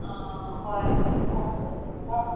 ꯑꯥ ꯍꯣꯏ ꯍꯣꯏ ꯈꯣꯝꯗꯕꯒꯤꯀꯣ